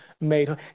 made